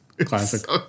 Classic